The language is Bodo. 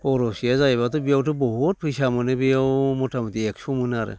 फर'सेया जायोबाथ' बेयावथ' बहुद फैसा मोनो बेयाव मथा मथि एकस' मोनो आरो